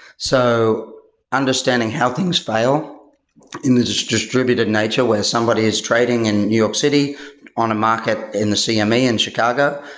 so understanding how things fail in the distributed nature where somebody is trading in new york city on a market in the cma in chicago.